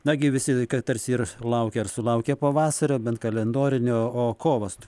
nagi visi vaikai tarsi ir laukia ar sulaukia pavasario bent kalendorinio o kovas